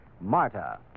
Marta